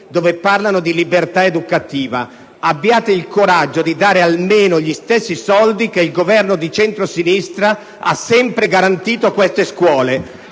cui parlano di libertà educativa. Abbiate il coraggio di dare almeno gli stessi soldi che il Governo di centrosinistra ha sempre garantito a queste scuole.